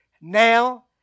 Now